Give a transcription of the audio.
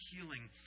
healing